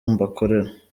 mbakorera